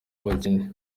abakene